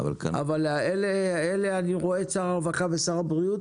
אבל אלה אני רואה את שר הרווחה ושר הבריאות,